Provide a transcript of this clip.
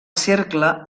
cercle